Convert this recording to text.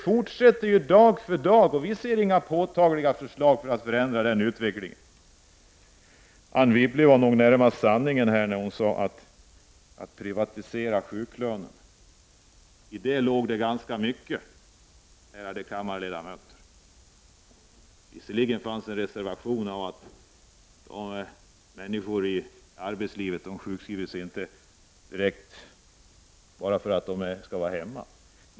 Men utslagningen fortsätter dag för dag, och vi ser inga påtagliga förslag för att förändra den utvecklingen. Anne Wibble var nog sanningen närmast när hon talade om att privatisera sjuklönerna. I det låg ganska mycket, ärade kammarledamöter. Visserligen fanns en reservation om att människor i arbetslivet inte sjukskriver sig bara därför att de vill vara hemma.